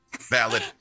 Valid